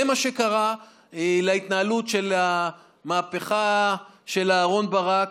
זה מה שקרה להתנהלות של המהפכה של אהרן ברק,